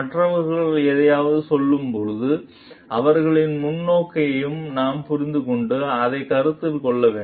மற்றவர்கள் எதையாவது சொல்லும்போது அவர்களின் முன்னோக்கையும் நாம் புரிந்துகொண்டு அதைக் கருத்தில் கொள்ள வேண்டும்